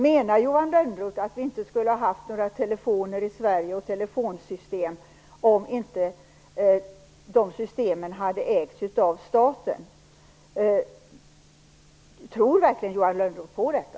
Menar Johan Lönnroth att vi inte skulle ha haft några telefoner och telefonsystem i Sverige om inte de systemen hade ägts av staten? Tror Johan Lönnroth verkligen på detta?